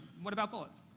what about bullets?